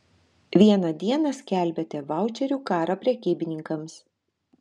vieną dieną skelbiate vaučerių karą prekybininkams